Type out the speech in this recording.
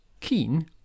keen